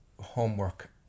homework